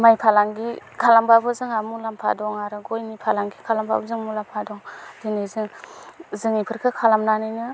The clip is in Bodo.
माइ फालांगि खालामबाबो जोंहा मुलाम्फा दं आरो गयनि फालांगि खालामबाबो जों मुलाम्फा दं दिनै जों जों इफोरखौ खालामनानैनो